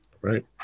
Right